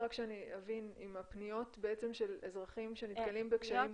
רק שאבין אם הפניות של אזרחים שנתקלים בקשיים --- פניות